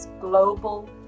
Global